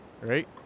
right